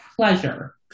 pleasure